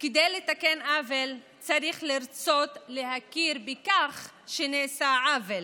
כדי לתקן עוול צריך לרצות להכיר בכך שנעשה עוול.